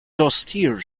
austere